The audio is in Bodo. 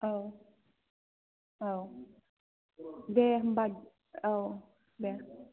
औ औ दे होनबा औ दे